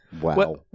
wow